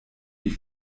die